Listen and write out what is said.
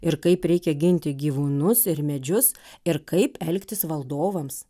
ir kaip reikia ginti gyvūnus ir medžius ir kaip elgtis valdovams